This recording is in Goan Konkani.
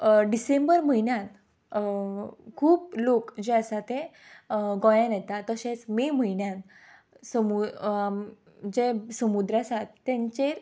डिसेंबर म्हयन्यांत खूब लोक जे आसा ते गोंयान येता तशेंच मे म्हयन्यांत स जे समुद्र आसात ताचे